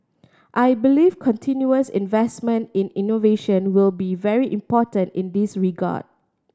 I believe continuous investment in innovation will be very important in this regard